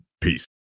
Peace